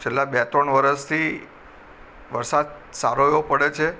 છેલ્લાં બે ત્રણ વરસથી વરસાદ સારો એવો પડે છે